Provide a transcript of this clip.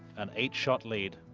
an eight-shot lead.